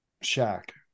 shack